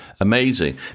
Amazing